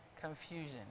confusion